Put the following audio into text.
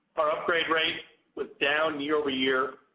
our upgrade rate was down year-over-year,